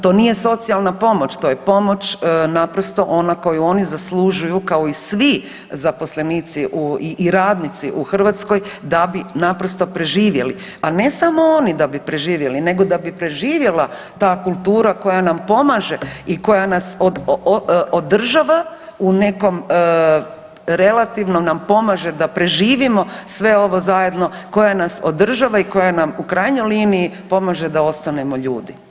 To nije socijalna pomoć, to je pomoć naprosto ona koju oni zaslužuju kao i svi zaposlenici i radnici u Hrvatskoj da bi naprosto preživjeli, a ne samo oni da bi preživjeli nego da bi preživjela ta kultura koja nam pomaže i koja nas održava u nekom relativno nam pomaže da preživimo sve ovo zajedno koja nas održava i koja nam u krajnjoj liniji pomaže da ostanemo ljudi.